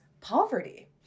poverty